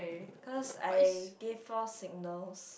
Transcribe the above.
cause I gave false signals